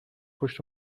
پشت